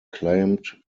claimed